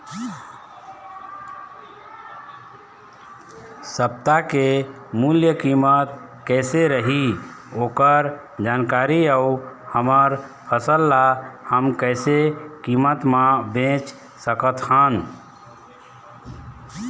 सप्ता के मूल्य कीमत कैसे रही ओकर जानकारी अऊ हमर फसल ला हम कैसे कीमत मा बेच सकत हन?